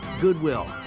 goodwill